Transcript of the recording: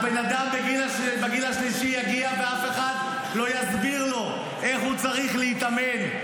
הבן אדם בגיל השלישי יגיע ואף אחד לא יסביר לו איך הוא צריך להתאמן.